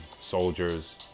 soldiers